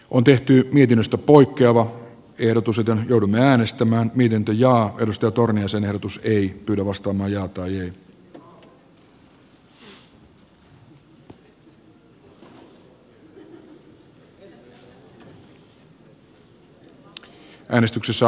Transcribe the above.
on tehty mietinnöstä poikkeava tiedotus on nurmi äänestämään miten teija ja risto turunen sen ehdotus ei hoitovastuu majaa tai arvoisa puhemies